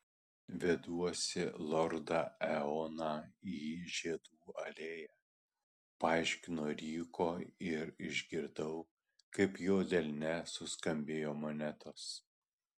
veduosi lordą eoną į žiedų alėją paaiškino ryko ir išgirdau kaip jo delne suskambėjo monetos